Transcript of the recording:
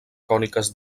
còniques